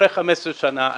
אחרי 15 שנה,